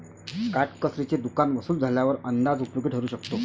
काटकसरीचे दुकान वसूल झाल्यावर अंदाज उपयोगी ठरू शकतो